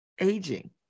aging